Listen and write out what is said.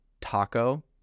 taco